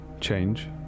...change